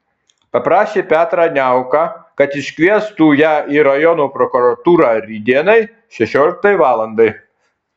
paprašė petrą niauką kad iškviestų ją į rajono prokuratūrą rytdienai šešioliktai valandai